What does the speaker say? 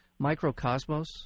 Microcosmos